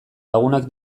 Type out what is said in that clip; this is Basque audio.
lagunak